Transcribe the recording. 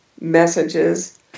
messages